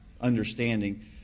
understanding